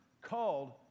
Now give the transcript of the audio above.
called